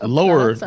lower